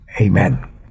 Amen